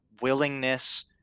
willingness